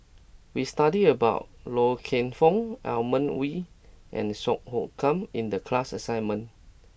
we studied about Loy Keng Foo Edmund Wee and Song Hoot Kiam in the class assignment